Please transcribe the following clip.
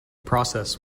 process